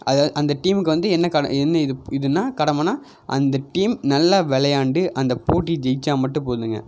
அதாவது அந்த டீமுக்கு வந்து என்னக்கான என்ன இது இதுன்னால் கடமைன்னா அந்த டீம் நல்லா விளையாண்டு அந்த போட்டி ஜெயித்தா மட்டும் போதும்ங்க